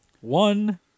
one